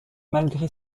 malgré